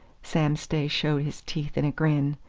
sam stay showed his teeth in a grin.